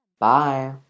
Bye